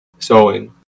sewing